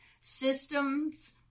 systems